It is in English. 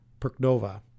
Perknova